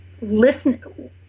listen